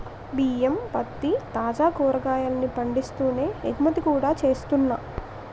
బియ్యం, పత్తి, తాజా కాయగూరల్ని పండిస్తూనే ఎగుమతి కూడా చేస్తున్నా